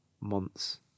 months